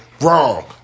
Wrong